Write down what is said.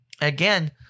again